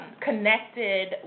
connected